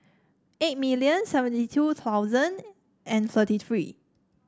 eight million seventy two thousand thirty three